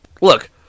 look